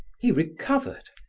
he recovered,